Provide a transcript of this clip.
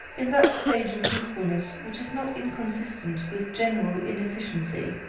in that stage of usefulness which is not inconsistent with general inefficiency,